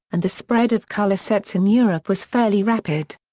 and the spread of color sets in europe was fairly rapid.